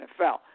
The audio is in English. NFL